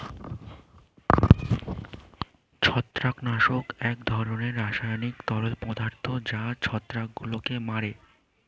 ছত্রাকনাশক এক ধরনের রাসায়নিক তরল পদার্থ যা ছত্রাকগুলোকে মারে